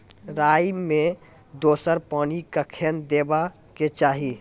राई मे दोसर पानी कखेन देबा के चाहि?